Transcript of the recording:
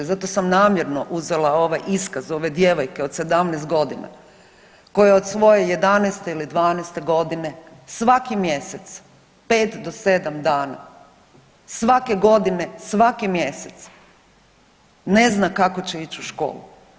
Zato sam namjerno uzela ovaj iskaz ove djevojke od 17 godina koja od svoje 11 ili 12 godine svaki mjesec 5 do 7 dana svake godine, svaki mjesec ne zna kako će ići u školu.